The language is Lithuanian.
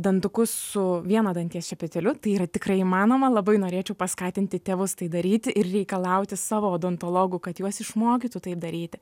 dantukus su vieno danties šepetėliu tai yra tikrai įmanoma labai norėčiau paskatinti tėvus tai daryti ir reikalauti savo odontologų kad juos išmokytų tai daryti